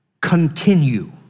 continue